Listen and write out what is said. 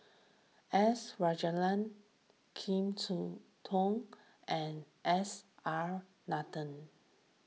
S Rajendran Kim and S R Nathan